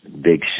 big